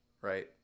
right